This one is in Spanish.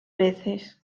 veces